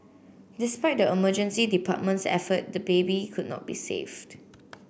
despite the emergency department's effort the baby could not be saved